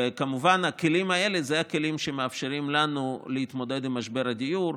וכמובן הכלים האלה הם הכלים שמאפשרים לנו להתמודד עם משבר הדיור,